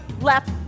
left